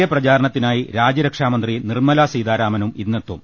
A പ്രചാര ണത്തിനായി രാജ്യരക്ഷാമന്ത്രി നിർമല സീതാരാമനും ഇന്നെത്തും